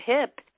hip